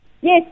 Yes